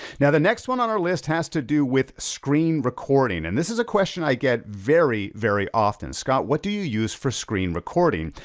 now the next one on our list has to do with screen recording. and this is a question i get very, very often. scott, what do you use for screen recording?